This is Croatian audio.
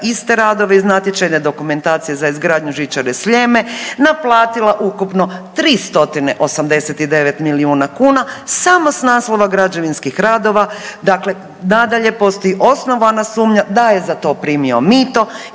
iste radove iz natječajne dokumentacije za izgradnju žičare Sljeme naplatila ukupno 389 milijuna kuna samo s naslova građevinskih radova. Dakle, nadalje postoji osnovana sumnja da je za to primio mito